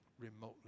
remotely